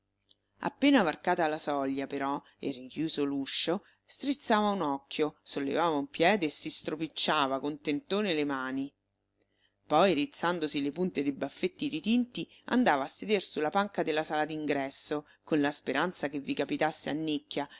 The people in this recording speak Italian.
appena varcata la soglia però e richiuso l'uscio strizzava un occhio sollevava un piede e si stropicciava contentone le mani poi rizzandosi le punte dei baffetti ritinti andava a seder su la panca della sala d'ingresso con la speranza che vi capitasse annicchia